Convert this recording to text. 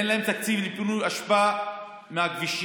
אין להן תקציב לפינוי אשפה מהכבישים.